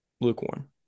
lukewarm